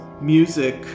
Music